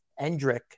Endrick